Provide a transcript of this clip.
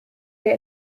der